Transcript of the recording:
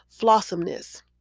flossomeness